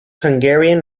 hungarian